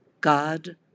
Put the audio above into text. God